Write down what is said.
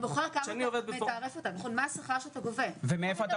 כשאני עובד בתור ------ מה השכר שאתה גובה --- ומאיפה אתה